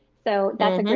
so that's